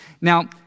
Now